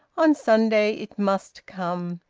on sunday it must come.